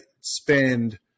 spend